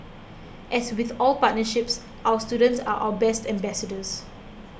as with all partnerships our students are our best ambassadors